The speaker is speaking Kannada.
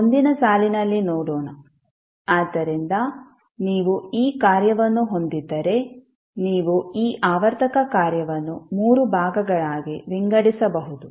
ಮುಂದಿನ ಸಾಲಿನಲ್ಲಿ ನೋಡೋಣ ಆದ್ದರಿಂದ ನೀವು ಈ ಕಾರ್ಯವನ್ನು ಹೊಂದಿದ್ದರೆ ನೀವು ಈ ಆವರ್ತಕ ಕಾರ್ಯವನ್ನು ಮೂರು ಭಾಗಗಳಾಗಿ ವಿಂಗಡಿಸಬಹುದು